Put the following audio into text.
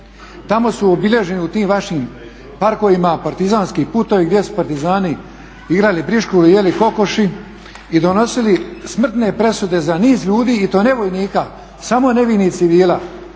Tamo su obilježeni u tim vašim parkovima partizanski putovi gdje su partizani igrali briškule i jeli kokoši i donosili smrtne presude za niz ljudi i to ne vojnika, samo nevinih civila,